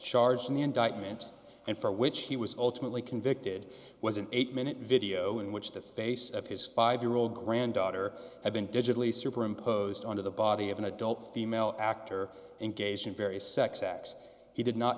charged in the indictment and for which he was ultimately convicted was an eight minute video in which the face of his five year old granddaughter had been digitally superimposed on to the body of an adult female actor engaged in various sex acts he did not